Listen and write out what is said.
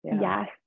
Yes